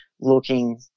looking